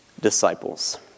disciples